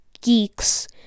Geeks